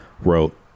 wrote